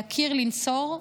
להכיר, לנצור,